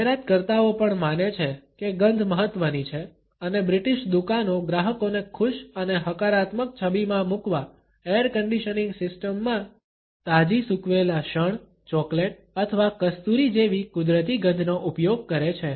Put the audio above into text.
જાહેરાતકર્તાઓ પણ માને છે કે ગંધ મહત્વની છે અને બ્રિટિશ દુકાનો ગ્રાહકોને ખુશ અને હકારાત્મક છબીમાં મૂકવા એર કન્ડીશનીંગ સિસ્ટમ માં તાજી સૂકવેલા શણ ચોકલેટ અથવા કસ્તુરી જેવી કુદરતી ગંધનો ઉપયોગ કરે છે